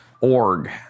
Org